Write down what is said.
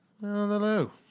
Hello